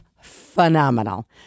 phenomenal